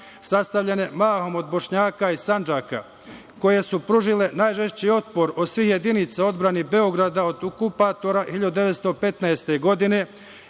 sastavljene mahom od Bošnjaka iz Sandžaka, koje su pružile najžešći opor od svih jedinica u odbrani Beograda od okupatora 1915. godine